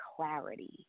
clarity